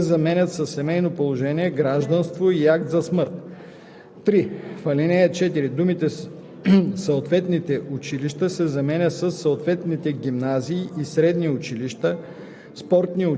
езици, преминаване на службата и здравен статус“. 2. В ал. 3 думите „семейно положение и гражданство“ се заменят със „семейно положение, гражданство и акт за смърт“.